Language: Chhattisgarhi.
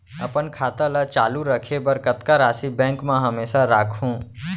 अपन खाता ल चालू रखे बर कतका राशि बैंक म हमेशा राखहूँ?